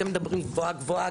אתם מדברים גבוהה גבוהה,